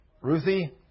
Ruthie